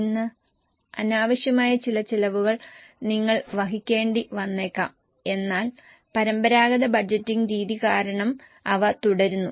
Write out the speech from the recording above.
ഇന്ന് അനാവശ്യമായ ചില ചിലവുകൾ നിങ്ങൾ വഹിക്കേണ്ടി വന്നേക്കാം എന്നാൽ പരമ്പരാഗത ബജറ്റിംഗ് രീതി കാരണം അവ തുടരുന്നു